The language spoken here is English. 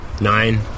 nine